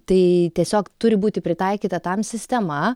tai tiesiog turi būti pritaikyta tam sistema